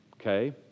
okay